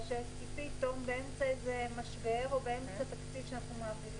פתאום, באמצע משבר או באמצע תקציב שנעביר